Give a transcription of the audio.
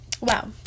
Wow